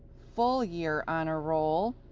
full year honor roll,